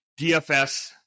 DFS